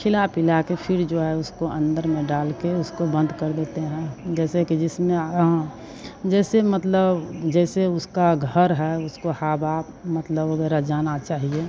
खिला पिलाकर फ़िर जो है उसको अंदर में डालकर उसको बंद कर देते हैं जैसे कि जिसमें जैसे मतलब जैसे उसका घर है उसको हवा मतलब वगैरह जाना चाहिए